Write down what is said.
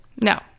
no